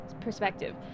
perspective